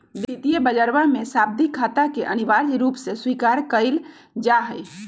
वित्तीय बजरवा में सावधि खाता के अनिवार्य रूप से स्वीकार कइल जाहई